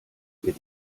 mit